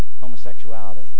homosexuality